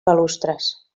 balustres